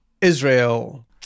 Israel